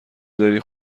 داری